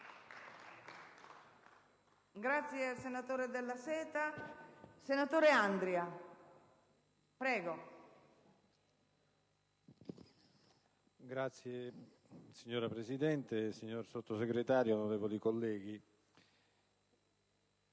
*(PD)*. Signora Presidente, signor Sottosegretario, onorevoli colleghi,